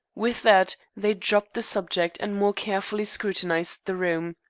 with that they dropped the subject, and more carefully scrutinized the room.